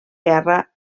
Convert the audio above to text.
guerra